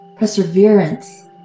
perseverance